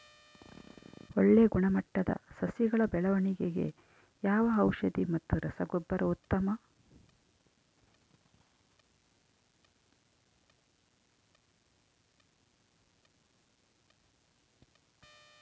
ಒಳ್ಳೆ ಗುಣಮಟ್ಟದ ಸಸಿಗಳ ಬೆಳವಣೆಗೆಗೆ ಯಾವ ಔಷಧಿ ಮತ್ತು ರಸಗೊಬ್ಬರ ಉತ್ತಮ?